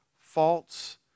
faults